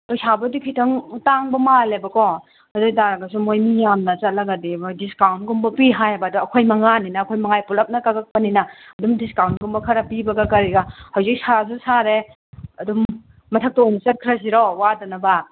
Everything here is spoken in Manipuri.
ꯄꯩꯁꯥꯕꯨꯗꯤ ꯈꯤꯇꯪ ꯇꯥꯡꯕ ꯃꯥꯜꯂꯦꯕꯀꯣ ꯑꯗꯨ ꯑꯣꯏꯕ ꯇꯔꯒꯁꯨ ꯃꯣꯏ ꯃꯤ ꯌꯥꯝꯅ ꯆꯠꯂꯒꯗꯤ ꯃꯣꯏ ꯗꯤꯁꯀꯥꯎꯟꯒꯨꯝꯕ ꯄꯤ ꯍꯥꯏꯌꯦꯕ ꯑꯗꯣ ꯑꯩꯈꯣꯏ ꯃꯉꯥꯅꯤꯅ ꯑꯩꯈꯣꯏ ꯃꯉꯥꯒꯤ ꯄꯨꯂꯞꯅ ꯀꯛꯂꯛꯄꯅꯤꯅ ꯑꯗꯨꯝ ꯗꯤꯁꯀꯥꯎꯟꯒꯨꯝꯕ ꯈꯔ ꯄꯤꯕꯒ ꯀꯔꯤꯒ ꯍꯧꯖꯤꯛ ꯁꯥꯁꯨ ꯁꯥꯔꯦ ꯑꯗꯨꯝ ꯃꯊꯛꯇ ꯑꯣꯏꯅ ꯆꯠꯈ꯭ꯔꯁꯤꯔꯣ ꯋꯥꯗꯅꯕ